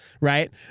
right